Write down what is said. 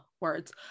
words